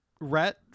Rhett